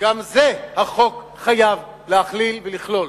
גם את זה החוק חייב להכליל ולכלול.